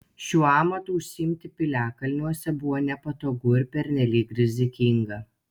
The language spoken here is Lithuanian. šiuo amatu užsiimti piliakalniuose buvo nepatogu ir pernelyg rizikinga